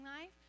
life